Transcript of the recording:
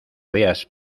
veas